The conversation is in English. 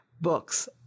books